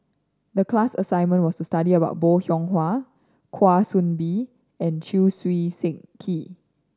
the class assignment was to study about Bong Hiong Hwa Kwa Soon Bee and Chew Swee Kee